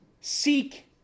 seek